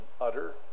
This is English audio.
utter